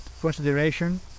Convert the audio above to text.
consideration